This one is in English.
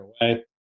away